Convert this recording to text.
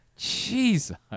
Jesus